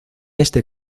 este